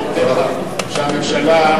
אני יודע שזה בוער בעצמותיך שהממשלה,